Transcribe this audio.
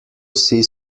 vsi